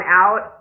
out